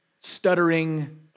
stuttering